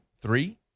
three